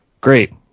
great